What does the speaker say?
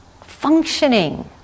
functioning